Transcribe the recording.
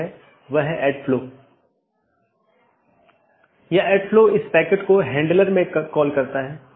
BGP version 4 में बड़ा सुधार है कि यह CIDR और मार्ग एकत्रीकरण को सपोर्ट करता है